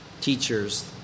Teachers